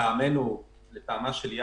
לטעמנו, לטעמה של יאט"א,